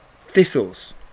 Thistles